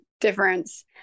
difference